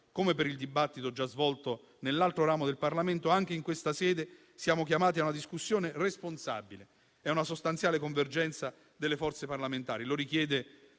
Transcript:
come per il dibattito già svolto nell'altro ramo del Parlamento, anche in questa sede siamo chiamati a una discussione responsabile e ad una sostanziale convergenza delle forze parlamentari,